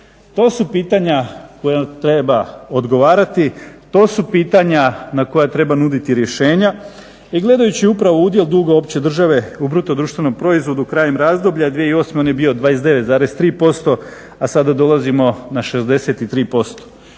To su pitanja koja treba odgovarati, to su pitanja na koja treba nuditi rješenja. I gledajući upravo udjel duga opće države u bruto društvenom proizvodu krajem razdoblja 2008.on je bio 29,3% a sada dolazimo na 63%.